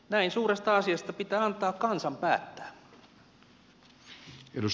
näin suuresta asiasta pitää antaa kansan päättää